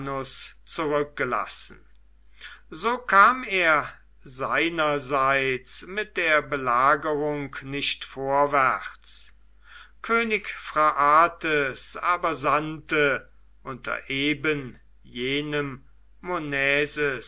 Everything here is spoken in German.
zurückgelassen so kam er seinerseits mit der belagerung nicht vorwärts könig phraates aber sandte unter eben jenem